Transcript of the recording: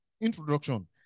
introduction